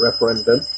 referendum